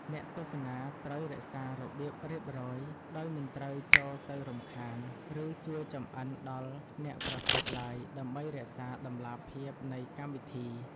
អ្នកទស្សនាត្រូវរក្សារបៀបរៀបរយ ដោយមិនត្រូវចូលទៅរំខាន ឬជួយចម្អិនដល់អ្នកប្រកួតឡើយ ដើម្បីរក្សាតម្លាភាពនៃកម្មវិធី។